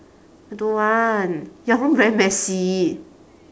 don't want your room very messy